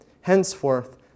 Henceforth